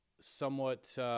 somewhat –